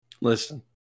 Listen